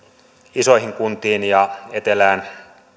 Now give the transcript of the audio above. isoihin kuntiin ja etelään